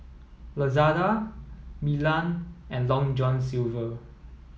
Lazada Milan and Long John Silver